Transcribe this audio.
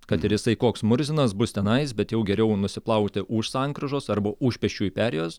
kad ir jisai koks murzinas bus tenais bet jau geriau nusiplauti už sankryžos arba už pėsčiųjų perėjos